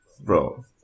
Bro